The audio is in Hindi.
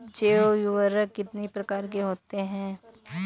जैव उर्वरक कितनी प्रकार के होते हैं?